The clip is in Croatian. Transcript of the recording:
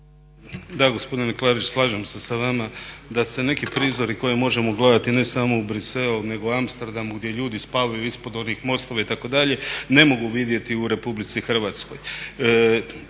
Da, gospodine Klarić, slažem se s vama da se neki prizori koje možemo gledati ne samo u Briselu, nego u Amsterdamu gdje ljudi spavaju ispod onih mostova itd., ne mogu vidjeti u Republici Hrvatskoj